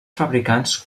fabricants